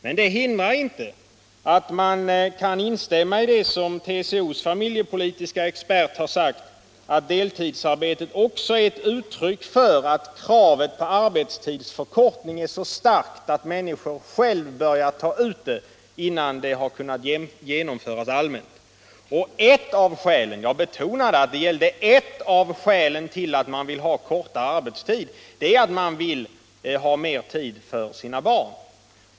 Men det hindrar inte att man kan instämma i vad TCO:s familjepolitiska expert sagt, nämligen att deltidsarbetet också är ett uttryck för att kravet på arbetstidsförkortning är så starkt att människor själva börjar ta ut arbetstidsförkortningen, innan den hunnit genomföras allmänt. Ett av skälen, jag betonade att det gällde ett av skälen, till att man vill ha kortare arbetstid är att man vill ha mer tid för sina barn.